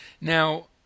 Now